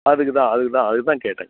அதுக்குதான் அதுக்குதான் அதுக்குதான் கேட்டேன்